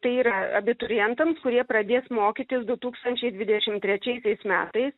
tai yra abiturientams kurie pradės mokytis du tūkstančiai dvidešim trečiaisiais metais